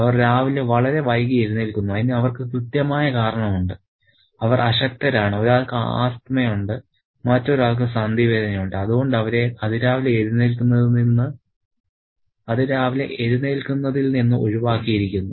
അവർ രാവിലെ വളരെ വൈകി എഴുന്നേൽക്കുന്നു അതിന് അവർക്ക് കൃത്യമായ കാരണമുണ്ട് അവർ അശക്തരാണ് ഒരാൾക്ക് ആസ്ത്മയുണ്ട് മറ്റൊരാൾക്ക് സന്ധി വേദനയുണ്ട് അതുകൊണ്ട് അവരെ അതിരാവിലെ എഴുന്നേൽക്കുന്നതിൽ നിന്ന് ഒഴിവാക്കിയിരിക്കുന്നു